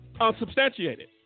unsubstantiated